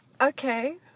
okay